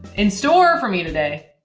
in store for me today.